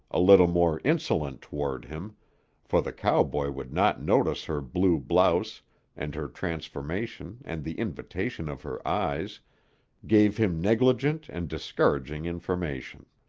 a little more insolent toward him for the cowboy would not notice her blue blouse and her transformation and the invitation of her eyes gave him negligent and discouraging information.